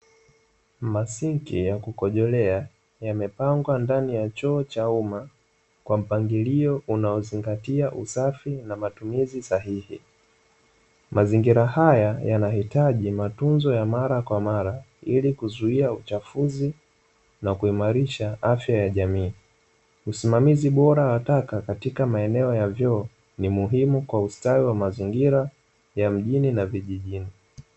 Masinki ya kukojolea yamepangwa ndani ya choo cha umma kwa mpangilio unaozingatia usafi na matumizi sahihi, mazingira haya yanahitaji matunzo ya mara kwa mara kuzuia uchafuzi na kuimarisha afya ya jamii usimamizi bora wa taka katika maeneo ya vyoo ni muhimu kwa ustawi wa mazingira ya mjini na vijijini.